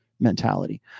Mentality